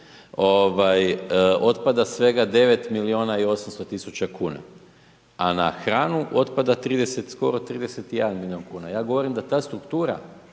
otpada svega 9 milijuna i 800 tisuća kn, a na hranu otpada 30, skoro 31 milijun kn. Ja govorim da ta struktura